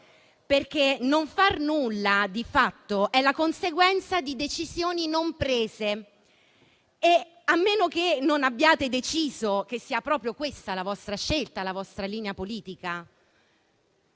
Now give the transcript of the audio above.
fatto non far nulla è la conseguenza di decisioni non prese, a meno che non abbiate deciso che sia proprio questa la vostra scelta, la vostra linea politica.